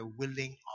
willing